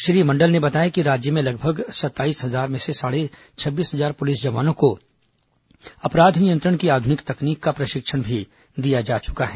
श्री मंडल ने बताया कि राज्य में लगभग सत्ताईस हजार में से साढ़े छब्बीस हजार प्लिस जवानों को अपराध नियंत्रण की आध्निक तकनीक का प्रशिक्षण भी दिया जा चुका है